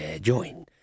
Join